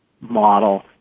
model